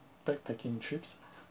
backpacking trips